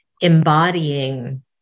embodying